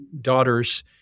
daughters